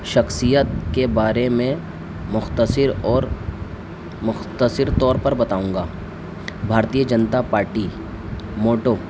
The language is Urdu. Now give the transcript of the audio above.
شخصیت کے بارے میں مختصر اور مختصر طور پر بتاؤں گا بھارتیہ جنتا پارٹی موٹو